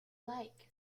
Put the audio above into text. like